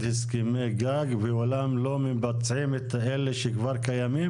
הסכמי גג ואולם לא מבצעים את אלה שכבר קיימים?